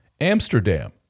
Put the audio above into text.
Amsterdam